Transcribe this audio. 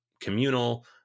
communal